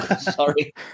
Sorry